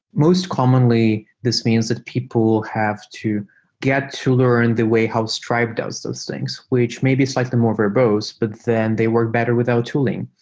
most commonly, this means that people have to get to learn the way how stripe does those things, which maybe is like lightly more verbose, but then they work better without tooling.